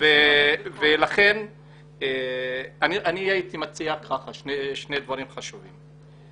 אני הייתי מציע שני דברים חשובים.